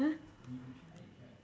!huh!